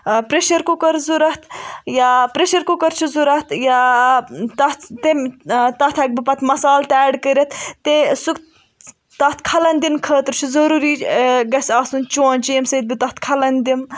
pressure cooker ضوٚرتھ یا pressure cooker چھُ ضوٚرتھ یا تَتھ تمہِ تَتھ ہیکہٕ بہٕ پَتہٕ مسالہٕ تہِ اٮ۪ڈ کٔرِتھ تے سُہ تَتھ خلَن دِنہٕ خٲطرٕ چھُ ضروٗری گَژھِ آسُن چونچہِ ییٚمہِ سۭتی بہٕ تَتھ خَلَن دِمہٕ